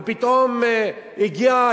ופתאום הגיעה,